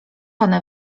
one